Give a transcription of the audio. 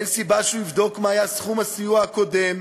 אין סיבה שהוא יבדוק מה היה סכום הסיוע הקודם,